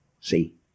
See